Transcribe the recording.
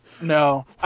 No